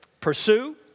pursue